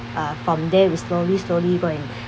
uh from there we slowly slowly go and